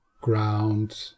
ground